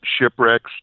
shipwrecks